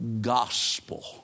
gospel